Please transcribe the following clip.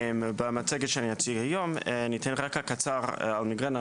במצגת שאני אציג היום אני אתן רקע קצר על מיגרנה,